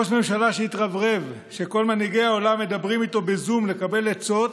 ראש ממשלה שהתרברב שכל מנהיגי העולם מדברים איתו בזום לקבל עצות